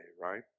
right